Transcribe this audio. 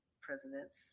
presidents